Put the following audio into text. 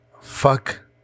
Fuck